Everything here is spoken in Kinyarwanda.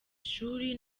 ishuri